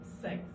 six